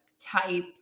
type